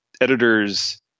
editors